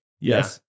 Yes